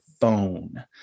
phone